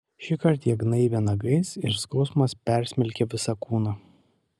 šįkart jie gnaibė nagais ir skausmas persmelkė visą kūną